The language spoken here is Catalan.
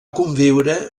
conviure